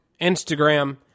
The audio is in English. Instagram